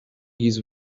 his